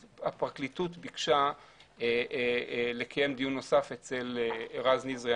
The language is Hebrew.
הפרקליטות ביקשה לקיים דיון נוסף אצל רז נזרי,